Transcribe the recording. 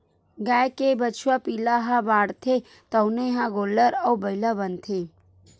गाय के बछवा पिला ह बाढ़थे तउने ह गोल्लर अउ बइला बनथे